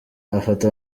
afata